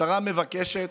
המשטרה מבקשת,